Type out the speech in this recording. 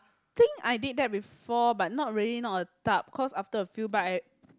think I did that before but not really not a tub cause after a few bite